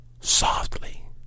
softly